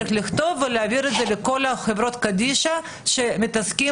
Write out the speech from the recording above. וגם להעביר אותם לכל חברות קדישא שמתעסקות